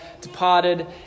departed